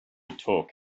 talk